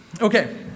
Okay